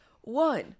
One